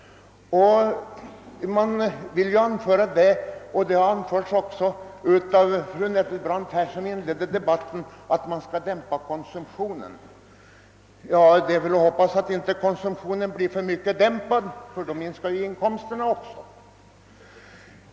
Man vill i detta sammanhang ge uttryck för en strävan att dämpa konsumtionen, vilket också anfördes av fru Nettelbrandt som inledde denna debatt. Ja, det är väl att hoppas att konsumtionen inte dämpas alltför mycket, ty då minskar ju också inkomsterna.